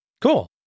Cool